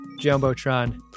Jumbotron